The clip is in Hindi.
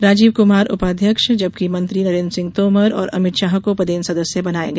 राजीव कुमार उपाध्यक्ष जबकि मंत्री नरेंद्र सिंह तोमर और अमित शाह को पदेन सदस्य बनाया गया